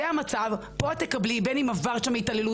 זה המצב ופה את תקבלי טיפול - בין אם עברת שם התעללות,